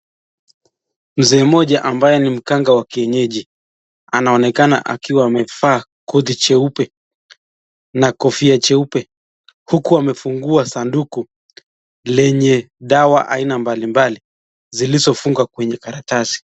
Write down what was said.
Mzee moja ambaye ni mganga wa kienyeji, anaonekana akiwa amevaa koti jeupe na kofia jeupe, huku wamefunguwa sanduku lenye dawa aina mbali mbali. Zilizofungwa kwenye karatasi.